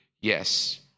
yes